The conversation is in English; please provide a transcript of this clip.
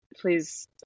please